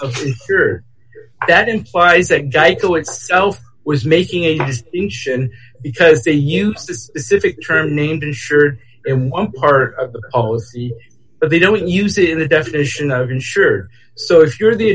yours that implies that geico itself was making a distinction because they use the term named insured in one part but they don't use it in the definition of insured so if you're the